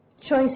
choices